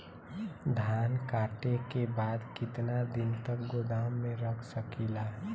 धान कांटेके बाद कितना दिन तक गोदाम में रख सकीला?